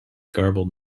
garbled